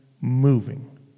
moving